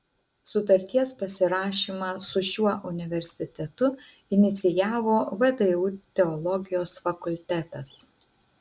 sutarties pasirašymą su šiuo universitetu inicijavo vdu teologijos fakultetas